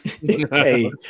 hey